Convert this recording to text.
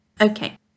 Okay